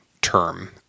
term